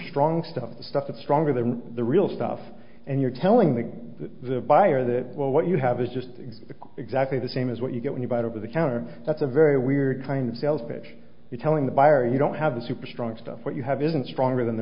strong stuff the stuff that's stronger than the real stuff and you're telling the the buyer that well what you have is just exactly the same as what you get when you buy over the counter that's a very weird kind of sales pitch you're telling the buyer you don't have the super strong stuff what you have isn't stronger than the